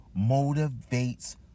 motivates